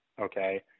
Okay